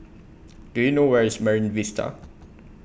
Do YOU know Where IS Marine Vista